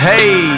Hey